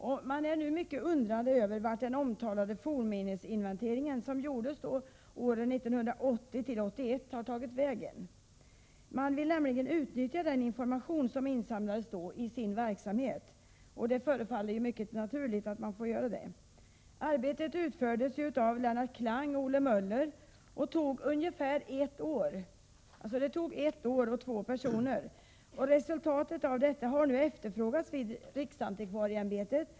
Man undrar nu mycket över vart den omtalade fornminnesinventeringen som gjordes åren 1980-1981 har tagit vägen. Man vill nämligen i sin verksamhet utnyttja den information som då insamlades. Det förefaller ju mycket naturligt att man får göra det. Arbetet utfördes av Lennart Klang och Olle Möller och tog ungefär ett år. Det tog ett år för två personer. Resultatet har nu efterfrågats vid riksantikvarieämbetet.